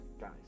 guys